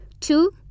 Two